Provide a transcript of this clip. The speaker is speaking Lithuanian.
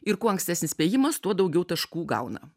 ir kuo ankstesnis spėjimas tuo daugiau taškų gauna